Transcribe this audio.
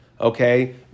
okay